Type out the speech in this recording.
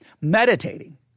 meditating